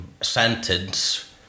sentence